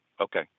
Okay